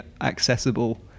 accessible